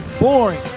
boring